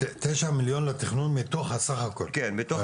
אז תשע מיליון לתכנון מתוך הסך הכל.